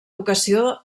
vocació